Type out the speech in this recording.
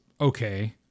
okay